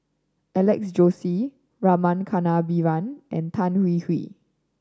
Alex Josey Rama Kannabiran and Tan Hwee Hwee